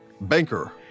Banker